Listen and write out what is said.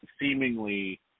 seemingly